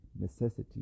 necessity